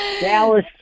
Dallas